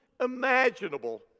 imaginable